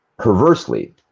Perversely